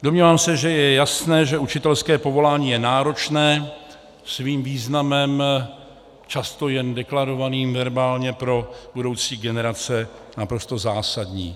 Domnívám se, že je jasné, že učitelské povolání je náročné svým významem často jen deklarovaným verbálně, pro budoucí generace naprosto zásadní.